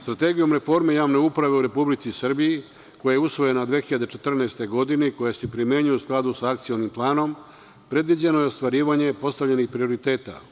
Strategijom reforme javne uprave u Republici Srbiji koja je usvojena 2014. godine i koja se primenjuje u skladu sa Akcionim planom predviđeno je ostvarivanje postavljenih prioriteta.